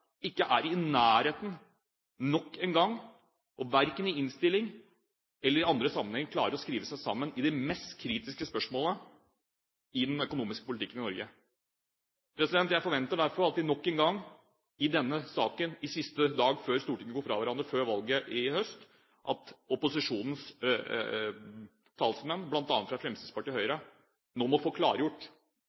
ikke er i nærheten – nok en gang – verken i innstillingen eller i andre sammenhenger klarer de å skrive seg sammen i det mest kritiske spørsmålet i den økonomiske politikken i Norge. Jeg forventer derfor – nok en gang i denne saken, siste dag før Stortinget går fra hverandre før valget i høst – at opposisjonens talsmenn, bl.a. fra Fremskrittspartiet og Høyre, nå må få klargjort